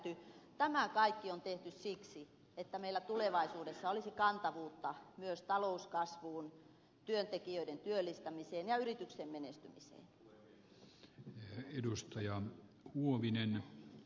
tämä kaikki on tehty siksi että meillä tulevaisuudessa olisi kantavuutta myös talouskasvuun työntekijöiden työllistämiseen ja yritysten menestymiseen